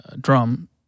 drum